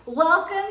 Welcome